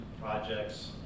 projects